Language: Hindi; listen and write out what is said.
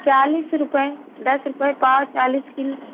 चालीस रुपये दस रुपये पाव चालीस कील